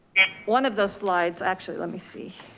one of those slides actually, let me see.